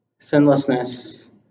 Sinlessness